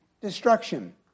destruction